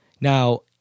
Now